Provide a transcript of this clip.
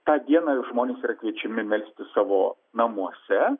tą dieną jau žmonės yra kviečiami melstis savo namuose